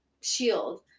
shield